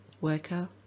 worker